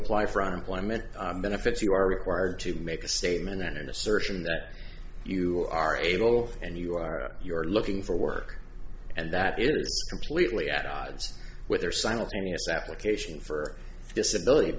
apply for unemployment benefits you are required to make a statement then an assertion that you are able and you are you are looking for work and that is completely at odds with your simultaneous application for